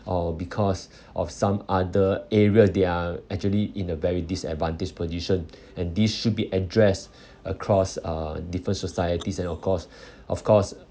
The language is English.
or because of some other areas they are actually in a very disadvantaged position and this should be address across uh different societies and of course of course